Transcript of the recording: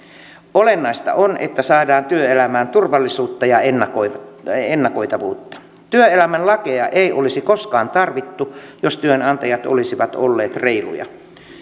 olennaista on että saadaan työelämään turvallisuutta ja ennakoitavuutta työelämän lakeja ei olisi koskaan tarvittu jos työnantajat olisivat olleet reiluja